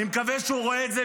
אני מקווה שהוא רואה את זה,